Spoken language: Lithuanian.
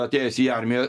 atėjęs į armiją